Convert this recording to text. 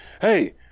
Hey